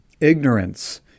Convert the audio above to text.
ignorance